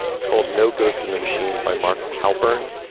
it's called no ghost in the machine by mark halperin.